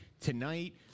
tonight